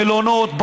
מלונות,